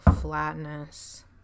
flatness